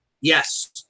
Yes